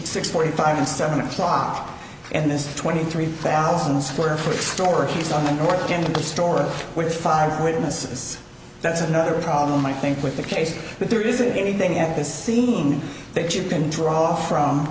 six forty five and seven o'clock and this twenty three thousand square foot store he's on the north end of the store with five witnesses that's another problem i think with the case but there isn't anything at this scene that you can draw from